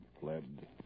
fled